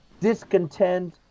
discontent